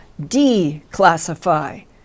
declassify